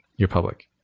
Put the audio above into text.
you're public.